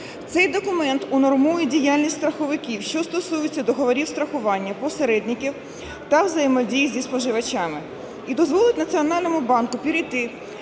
Цей документ унормує діяльність страховиків, що стосується договорів страхування, посередників та взаємодії зі споживачами, і дозволить Національному банку перейти